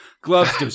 Gloves